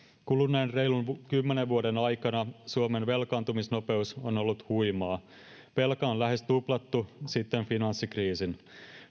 kuluneen reilun kymmenen vuoden aikana suomen velkaantumisnopeus on ollut huimaa velka on lähes tuplattu sitten finanssikriisin